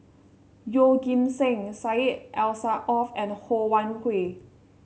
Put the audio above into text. Yeoh Ghim Seng Syed Alsagoff and Ho Wan Hui